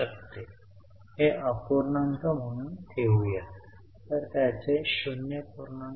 आपण ते off plus म्हणून चिन्हांकित केले होते ते मिळत आहे